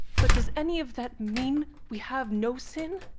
but does any of that mean we have no sin?